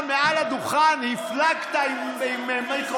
אבל אתה מעל הדוכן הפלגת עם המיקרופון.